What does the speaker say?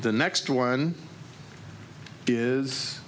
the next one is